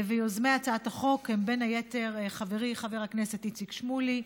יוזמי הצעת החוק הם בין היתר חברי חבר הכנסת איציק שמולי,